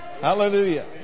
Hallelujah